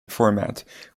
format